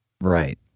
right